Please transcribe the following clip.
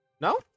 no